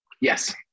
yes